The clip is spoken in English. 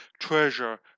treasure